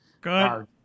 Good